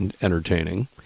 entertaining